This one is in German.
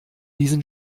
diesen